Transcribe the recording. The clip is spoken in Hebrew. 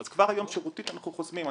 אז כבר יום שירותית אנחנו חוסמים.